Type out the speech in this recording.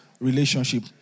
relationship